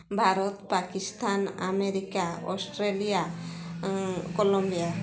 Bharat Pakistan America Australia Colombia